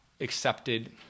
accepted